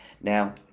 now